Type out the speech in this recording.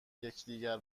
یکدیگر